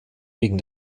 wegen